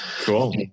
Cool